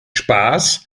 spaß